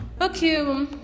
okay